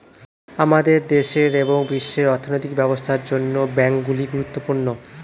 আমাদের দেশের এবং বিশ্বের অর্থনৈতিক ব্যবস্থার জন্য ব্যাংকগুলি গুরুত্বপূর্ণ